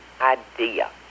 idea